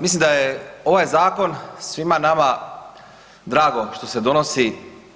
Mislim da je ovaj zakon svima nama drago što se donosi